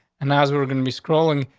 and as we're gonna be scrolling,